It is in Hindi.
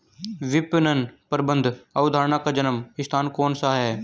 विपणन प्रबंध अवधारणा का जन्म स्थान कौन सा है?